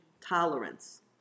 tolerance